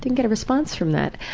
get a response from that.